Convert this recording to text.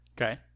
Okay